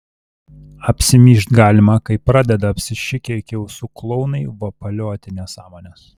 apsimyžt galima kai pradeda apsišikę iki ausų klounai vapalioti nesąmones